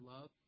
love